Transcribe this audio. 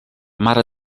mare